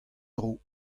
dro